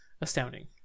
Astounding